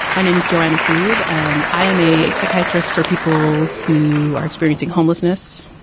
my name is joanna freed and i am a psychiatrist for people who are experiencing homelessness.